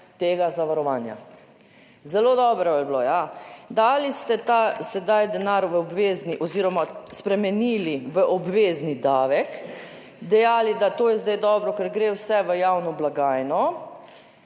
tega zavarovanja. Zelo dobro je bilo, ja, dali ste ta sedaj denar v obvezni oziroma spremenili v obvezni davek, dejali, da to je zdaj dobro, ker gre vse v javno blagajno,